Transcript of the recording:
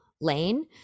lane